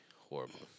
horrible